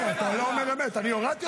אני הורדתי אותך?